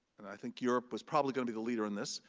and i think europe was probably gonna be the leader in this,